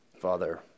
Father